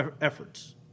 efforts